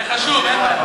זה חשוב.